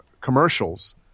commercials